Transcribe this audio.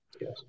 Yes